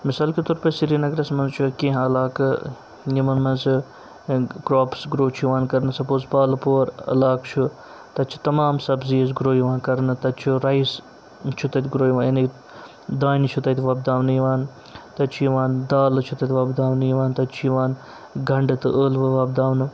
مِثال کے طور پے سرینَگرَس منٛز چھُ کیٚنٛہہ علاقہٕ یِمَن منٛز کراپٕس گرو چھُ یِوان کَرنہٕ سَپوز پال پور علاقہٕ چھُ تَتہِ چھُ تمام سبزیٖز گرٛو یِوان کَرنہٕ تَتہِ چھُ رایِس چھُ تَتہِ گرٛو یِوان یعنی دانہِ چھُ تَتہِ وۄپداونہٕ یِوان تَتہِ چھُ یِوان دالہٕ چھُ تَتہِ وۄپداونہٕ یِوان تَتہِ چھُ یِوان گَنڈٕ تہٕ ٲلوٕ وۄپداونہٕ